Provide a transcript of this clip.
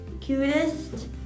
cutest